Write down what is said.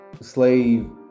slave